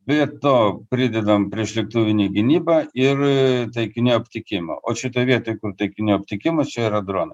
prie to pridedam priešlėktuvinę gynybą ir taikinių aptikimą o šitoj vietoj kur taikinių aptikimas čia yra dronai